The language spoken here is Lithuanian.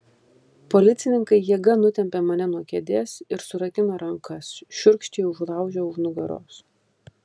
policininkai jėga nutempė mane nuo kėdės ir surakino rankas šiurkščiai užlaužę už nugaros